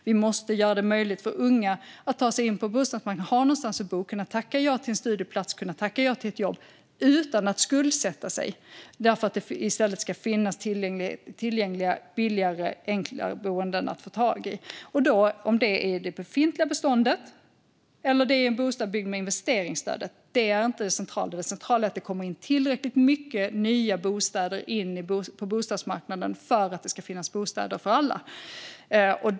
Vi måste göra det möjligt för unga att ta sig in på bostadsmarknaden och ha någonstans att bo. De ska kunna tacka ja till en studieplats eller tacka ja till ett jobb utan att skuldsätta sig. I stället ska det finnas tillgängliga billigare och enklare boenden att få tag i. Om det då är en bostad i det befintliga beståndet eller en bostad byggd med investeringsstödet är inte det centrala. Det centrala är att det kommer in tillräckligt mycket nya bostäder på bostadsmarknaden för att det ska finnas bostäder för alla.